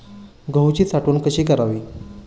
गहूची साठवण कशी करावी?